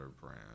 brand